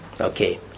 Okay